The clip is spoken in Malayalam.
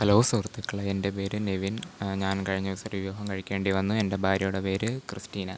ഹലോ സുഹൃത്തുക്കളേ എൻ്റെ പേര് നിവിൻ ഞാൻ കഴിഞ്ഞ ദിവസം ഒരു വിവാഹം കഴിക്കേണ്ടി വന്നു എൻ്റെ ഭാര്യയുടെ പേര് ക്രിസ്റ്റീന